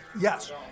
Yes